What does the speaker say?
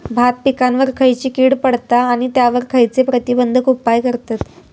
भात पिकांवर खैयची कीड पडता आणि त्यावर खैयचे प्रतिबंधक उपाय करतत?